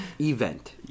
event